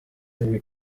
iri